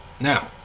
Now